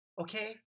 Okay